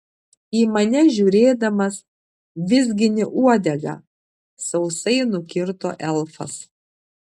į mane žiūrėdamas vizgini uodegą sausai nukirto elfas